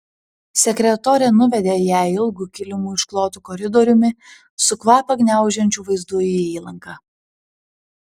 sekretorė nuvedė ją ilgu kilimu išklotu koridoriumi su kvapą gniaužiančiu vaizdu į įlanką